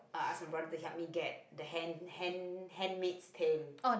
uh ask my brother to help me get the hand hand hand mix peel